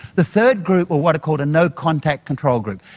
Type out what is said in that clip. the third group are what are called a no contact control group.